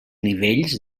nivells